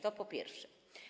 To po pierwsze.